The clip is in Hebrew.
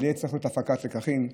יהיה צורך בהפקת לקחים.